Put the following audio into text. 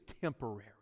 temporary